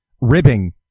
ribbing